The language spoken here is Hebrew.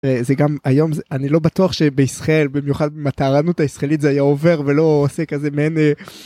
זה גם היום אני לא בטוח שבישראל במיוחד עם הטהרנות הישראלית זה היה עובר ולא עושה כזה מעין...